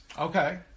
Okay